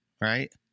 right